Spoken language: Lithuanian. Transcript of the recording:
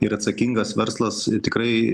ir atsakingas verslas tikrai